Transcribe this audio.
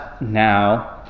now